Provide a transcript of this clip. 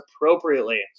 appropriately